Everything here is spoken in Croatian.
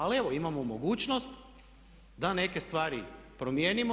Ali evo, imamo mogućnost da neke stvari promijenimo.